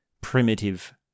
primitive